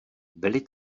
byly